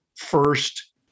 first